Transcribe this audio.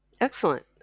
Excellent